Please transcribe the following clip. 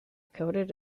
coded